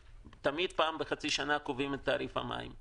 תמיד פעם בחצי שנה קובעים את תעריף המים אז